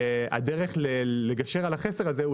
הדרך לגשר על החסר הזה,